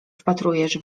wpatrujesz